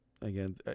again